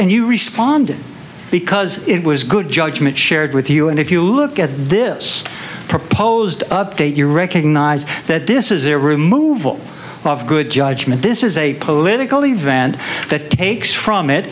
you responded because it was good judgment shared with you and if you look at this proposed update you recognize that this is their removal of good judgment this is a political event that takes from it